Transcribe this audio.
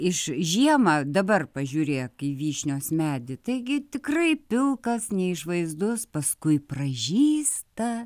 iš žiemą dabar pažiūrėk į vyšnios medį taigi tikrai pilkas neišvaizdus paskui pražysta